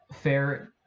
fair